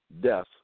death